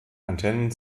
antennen